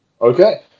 Okay